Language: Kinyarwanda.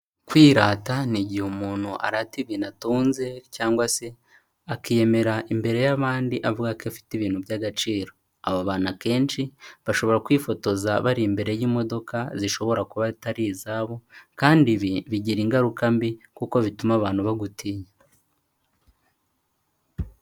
Kwirata ni igihe umuntu arata ibintu atunze cyangwa se akiyemera imbere y'abandi avuga ko afite ibintu by'agaciro. Aba bantu akenshi, bashobora kwifotoza bari imbere y'imodoka zishobora kuba atari izabo kandi ibi, bigira ingaruka mbi kuko bituma abantu bagutinya.